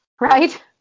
Right